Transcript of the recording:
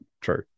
True